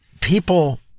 People